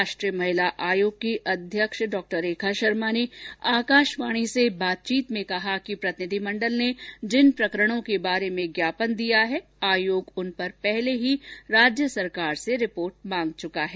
राष्ट्रीय महिला आयोग की अध्यक्ष डॉ रेखा शर्मा ने आकाशवाणी से बातचीत में कहा कि प्रतिनिधि मेण्डल ने जिन प्रकरणों के बारे में ज्ञापन दिया है आयोग उन पर पहले ही राज्य सरकार से रिपोर्ट मांग चुका है